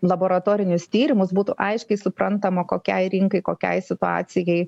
laboratorinius tyrimus būtų aiškiai suprantama kokiai rinkai kokiai situacijai